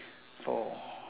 four